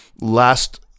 last